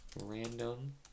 random